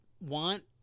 want